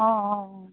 অঁ অঁ অঁ